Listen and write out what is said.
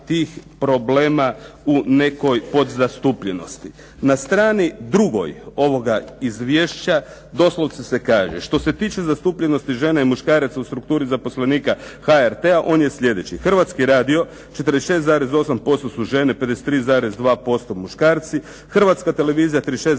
Hrvatska televizija 36,8%